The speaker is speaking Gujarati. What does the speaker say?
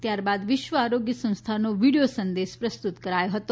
ત્યારબાદ વિશ્વ આરોગ્ય સંસ્થાનો વિડિયો સંદેશ પ્રસ્તુત કરાયો હતો